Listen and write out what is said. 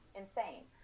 insane